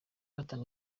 atanga